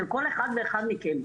של כל אחד ואחד מכם,